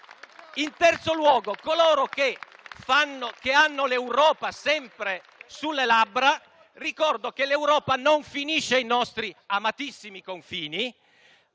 In terzo luogo, a coloro che hanno l'Europa sempre sulle labbra ricordo che l'Europa non finisce ai nostri amatissimi confini,